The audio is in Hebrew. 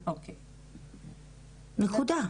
נקודה.